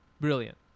brilliant